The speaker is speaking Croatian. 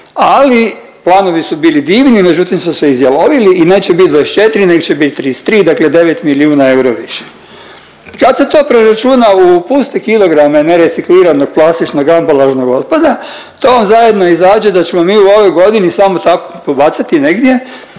ali planovi su bili divni međutim su se izjalovili i neće bit 24 nek će bit 33, dakle devet milijuna eura više. Kad se to preračuna u puste kilograme ne recikliranog plastičnog ambalažnog otpada, to vam zajedno izađe da ćemo mi u ovoj godini samo tako pobacati negdje